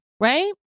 Right